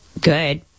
good